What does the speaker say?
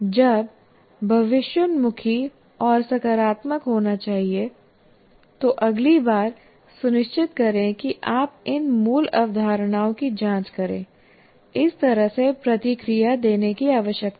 जब भविष्योन्मुखी और सकारात्मक होना चाहिए तो अगली बार सुनिश्चित करें कि आप इन मूल अवधारणाओं की जाँच करें इस तरह से प्रतिक्रिया देने की आवश्यकता है